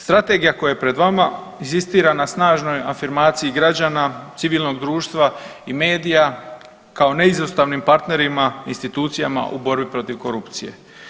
Strategija koja je pred vama inzistira na snažnoj afirmaciji građana, civilnog društva i medija kao neizostavnim partnerima institucijama u borbi protiv korupcije.